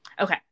Okay